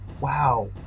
Wow